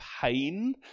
pain